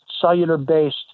cellular-based